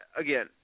again